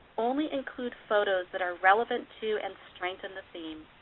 only include photos that are relevant to and strengthen the theme.